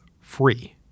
free